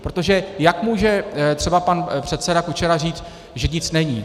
Protože jak může třeba pan předseda Kučera říct, že nic není?